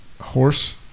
horse